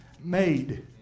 made